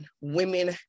women